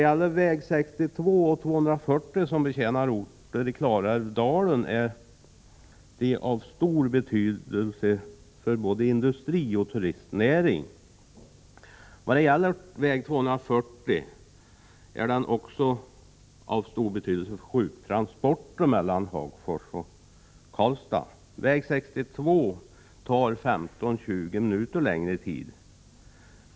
Vägarna 62 och 240, som betjänar orter i Klarälvsdalen, är av mycket stor betydelse för både industri och turistnäring. Vad det gäller väg 240 är den också av stor betydelse för sjuktransporter mellan Hagfors och Karlstad. Att åka väg 62 tar 15-20 minuter längre tid.